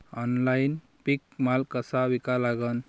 Online पीक माल कसा विका लागन?